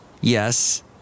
Yes